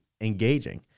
engaging